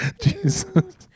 Jesus